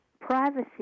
Privacy